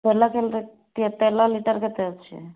ତେଲ ତେଲ ଲିଟର୍ କେତେ ଅଛି